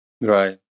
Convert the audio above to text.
Right